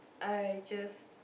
I just